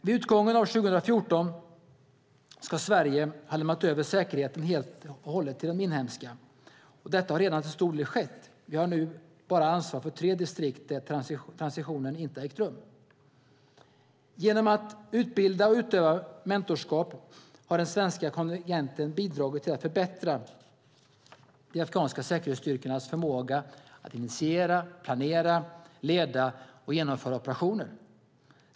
Vid utgången av 2014 ska Sverige ha lämnat över säkerheten helt och hållet till de inhemska styrkorna, och detta har till stor del redan skett. Vi har nu ansvar för bara tre distrikt där transitionen inte har ägt rum. Genom att utbilda och utöva mentorskap har den svenska kontingenten bidragit till att förbättra de afghanska säkerhetsstyrkornas förmåga att initiera, planera, leda och genomföra operationer.